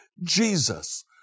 Jesus